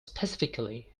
specifically